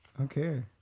Okay